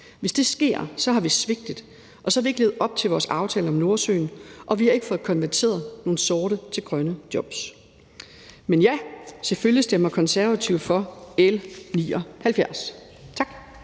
Hvis det sker, har vi svigtet, og så har vi ikke levet op til vores aftale om Nordsøen, og vi har ikke fået konverteret nogle sorte jobs til grønne jobs. Men ja, selvfølgelig stemmer Konservative for L 79. Tak.